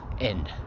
end